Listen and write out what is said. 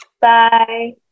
bye